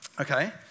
okay